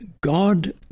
God